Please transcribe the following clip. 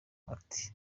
ati